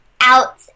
out